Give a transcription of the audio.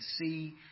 See